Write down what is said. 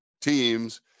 teams